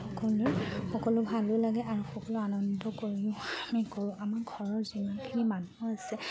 সকলোৱে সকলো ভালো লাগে আৰু সকলো আনন্দ কৰিও আমি কৰোঁ আমাৰ ঘৰৰ যিমানখিনি মানুহ আছে